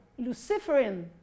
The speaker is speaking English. luciferin